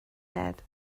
had